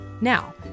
Now